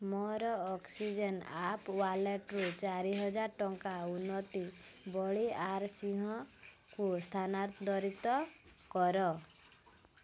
ମୋର oxygen app ୱାଲେଟରୁ ଚାରିହଜାରେ ଟଙ୍କା ଉନ୍ନତି ବଳିଆରସିଂହଙ୍କୁ ସ୍ଥାନାନ୍ତରିତ କର